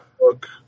look